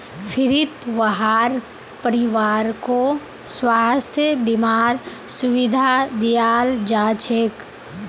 फ्रीत वहार परिवारकों स्वास्थ बीमार सुविधा दियाल जाछेक